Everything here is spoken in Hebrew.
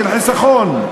של חיסכון.